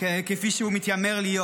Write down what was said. כפי שהוא מתיימר להיות.